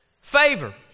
Favor